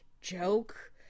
joke